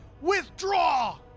Withdraw